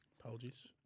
Apologies